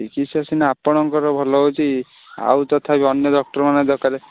ଚିକିତ୍ସା ସିନା ଆପଣଙ୍କର ଭଲ ହେଉଛି ଆଉ ତଥାପି ଅନ୍ୟ ଡ଼କ୍ଟର୍ମାନେ ଦରକାରେ